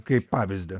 kaip pavyzdį